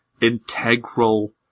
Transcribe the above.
integral